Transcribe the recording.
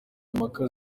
impaka